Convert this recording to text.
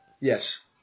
Yes